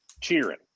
cheering